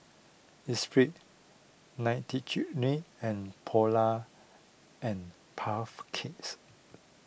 Esprit Nightingale and Polar and Puff Cakes